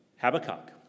Habakkuk